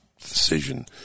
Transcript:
decision